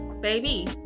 baby